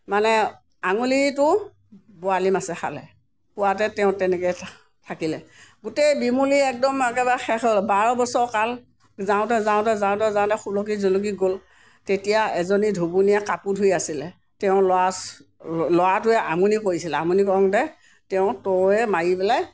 মানে আঙুলিটোও বৰালি মাছে খালে খোৱাতে তেওঁ তেনেকৈ থাকিলে গোটেই বিমুলীয়ে একদম একেবাৰে শেষ হৈ গ'ল বাৰ বছৰ কাল যাওঁতে যাওঁতে যাওঁতে যাওঁতে সুলকি জুলকি গ'ল তেতিয়া এজনী ধুবুনীয়ে কাপোৰ ধুই আছিলে তেওঁ ল'ৰা ল'ৰাটোৱে আমনি কৰিছিলে আমনি কৰোঁতে তেওঁ তৰুৱে মাৰি পেলাই